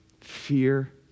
fear